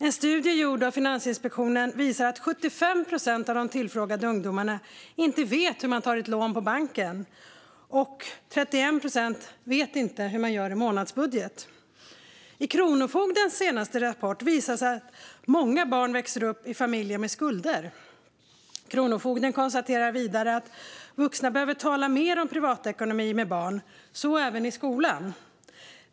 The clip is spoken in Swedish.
En studie gjord av Finansinspektionen visar att 75 procent av de tillfrågade ungdomarna inte vet hur man tar ett lån på banken och att 31 procent inte vet hur man gör en månadsbudget. Kronofogdens senaste rapport visar att många barn växer upp i familjer med skulder. Kronofogden konstaterar vidare att vuxna behöver tala mer om privatekonomi med barn - så även i skolan.